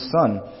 son